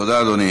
תודה, אדוני.